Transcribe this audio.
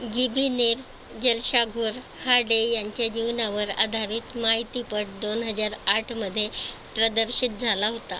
जीबीनेर जलशाघोर हा डे यांच्या जीवनावर आधारित माहितीपट दोन हजार आठमध्ये प्रदर्शित झाला होता